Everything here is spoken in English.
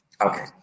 Okay